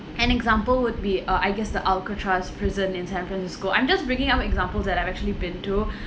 an example would be uh I guess the alcatraz prison in san francisco I'm just bringing up examples that I've actually been to